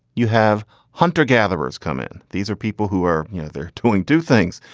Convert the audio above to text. you have hunter-gatherers come in. these are people who are you know there to do things,